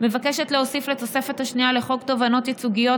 מבקשת להוסיף לתוספת השנייה לחוק תובענות ייצוגיות,